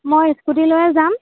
মই স্কুটী লৈয়ে যাম